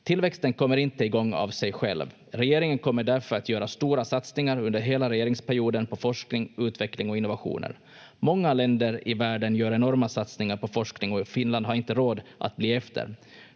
Tillväxten kommer inte i gång av sig själv. Regeringen kommer därför att göra stora satsningar under hela regeringsperioden på forskning, utveckling och innovationer. Många länder i världen gör enorma satsningar på forskning och Finland har inte råd att bli efter.